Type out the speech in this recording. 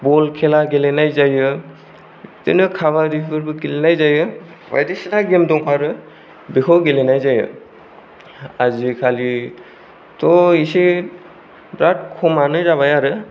बल खेला गेलेनाय जायो बिदिनो खाबादिफोरबो गेलेनाय जायो बायदिसिना गेम दंफारो बेखौ गेलेनाय जायो आजिखालिथ' इसे बेराद खमानो जाबाय आरो